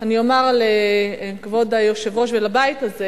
אף-על-פי שאני אומר לכבוד היושב-ראש ולבית הזה